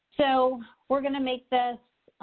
so we're going to make this